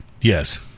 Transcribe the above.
Yes